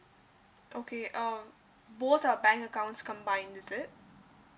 okay uh both our bank accounts combined is it